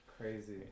Crazy